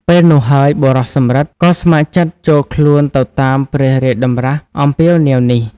ពេលនោះហើយ បុរសសំរិទ្ធ ក៏ស្ម័គ្រចិត្តចូលខ្លួនទៅតាមព្រះរាជតម្រាស់អំពាវនាវនេះ ។